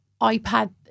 iPad